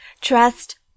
trust